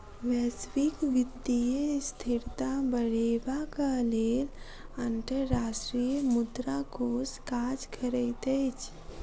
वैश्विक वित्तीय स्थिरता बढ़ेबाक लेल अंतर्राष्ट्रीय मुद्रा कोष काज करैत अछि